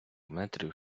метрів